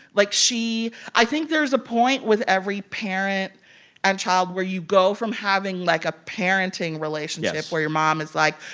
like, she i think there's a point with every parent and child where you go from having, like, a parenting relationship your mom is, like,